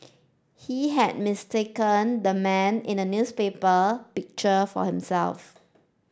he had mistaken the man in the newspaper picture for himself